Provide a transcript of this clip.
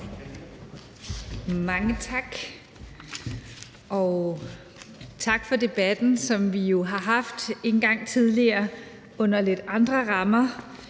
Mange tak. Og tak for debatten, som vi jo har haft en gang tidligere under lidt andre rammer.